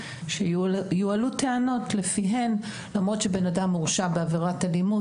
שיועלו טענות לפיהן למרות שבן אדם הורשע בעבירת אלימות,